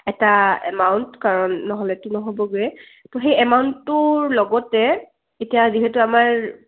এটা এমাউণ্ট কাৰণ নহ'লেতো নহ'বগৈ তো সেই এমাউণ্টটোৰ লগতে এতিয়া যিহেতু আমাৰ